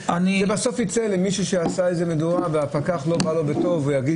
-- בסוף יצא שמישהו עשה איזו מדורה והפקח לא בא לו בטוב והוא יגיד